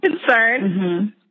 concern